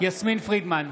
יסמין פרידמן,